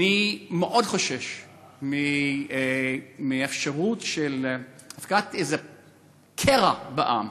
אני מאוד חושש מאפשרות של איזה קרע בעם,